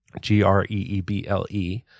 g-r-e-e-b-l-e